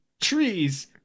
Trees